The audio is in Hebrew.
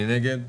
מי נגד?